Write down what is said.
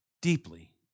Deeply